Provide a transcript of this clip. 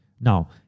Now